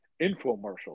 infomercial